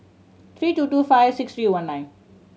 three two two five six three one nine